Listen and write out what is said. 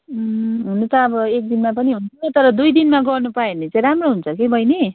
हुनु त अब एक दिनमा पनि हुन्थ्यो तर दुई दिनमा गर्नुपायो भने चाहिँ राम्रो हुन्छ कि बैनी